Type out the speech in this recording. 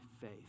faith